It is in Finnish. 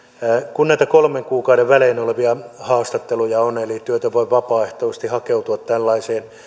kun näitä kolmen kuukauden välein olevia haastatteluja on eli työtön voi vapaaehtoisesti hakeutua tällaiseen